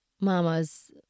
mamas